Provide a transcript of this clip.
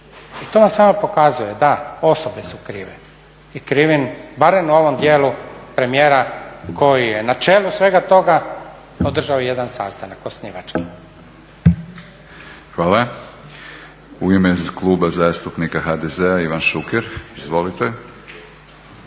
I to vam samo pokazuje da su osobe krive i krivim barem u ovom dijelu premijera koji je na čelu svega toga održao jedan sastanak osnivački. **Batinić, Milorad (HNS)** Hvala. U ime Kluba zastupnika HDZ-a Ivan Šuker. Izvolite.